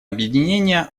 объединения